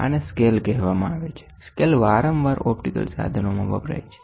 આને સ્કેલ કહેવામાં આવે છે સ્કેલ વારંવાર ઓપ્ટિકલ સાધનોમાં વપરાય છે